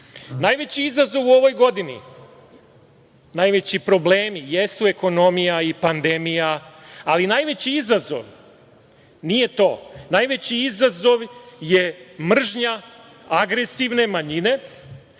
Vučića. Najveći izazov u ovoj godini, najveći problemi jesu ekonomija i pandemija, ali najveći izazov nije to, najveći izazov je mržnja agresivne manjine